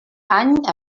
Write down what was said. any